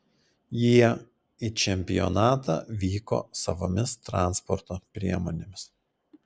jie į čempionatą vyko savomis transporto priemonėmis